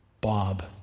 Bob